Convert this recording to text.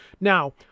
Now